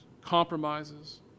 compromises